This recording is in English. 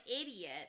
idiot